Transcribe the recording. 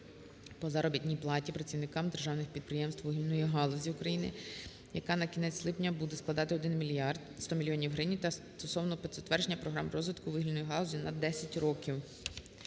по заробітній платі працівникам державних підприємств вугільної галузі України, яка на кінець липня буде складати 1 мільярд. 100 мільйонів гривень та стосовно затвердження програми розвитку вугільної галузі на 10 років.